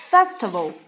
Festival